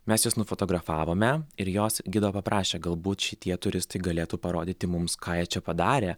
mes jas nufotografavome ir jos gido paprašė galbūt šitie turistai galėtų parodyti mums ką jie čia padarė